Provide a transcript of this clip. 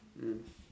mm